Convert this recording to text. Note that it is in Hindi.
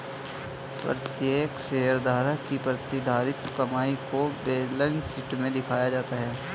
प्रत्येक शेयरधारक की प्रतिधारित कमाई को बैलेंस शीट में दिखाया जाता है